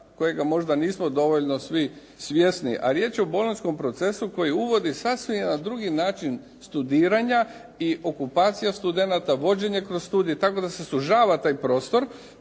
kojega možda nismo dovoljno svi svjesni, a riječ je o bolonjskom procesu koji uvodi sasvim jedan drugi način studiranja i okupacije studenata, vođenje kroz studij, tako da se sužava taj prostor